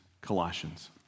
Colossians